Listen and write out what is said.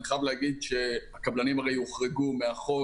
אני חייב להגיד שהקבלנים הוחרגו מהחוק